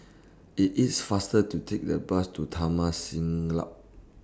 IT IS faster to Take The Bus to Taman Siglap